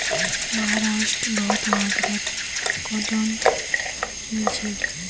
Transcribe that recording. महाराष्ट्रत बहुत मात्रात कॉटन मिल छेक